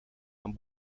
amb